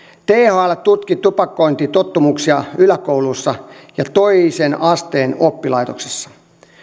thl tutki tupakointitottumuksia yläkouluissa ja toisen asteen oppilaitoksissa